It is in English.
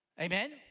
Amen